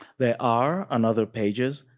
there are, on other pages,